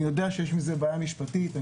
אני יודע שיש בעיה משפטית עם זה,